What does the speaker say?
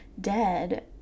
dead